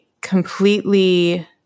completely